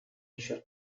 shut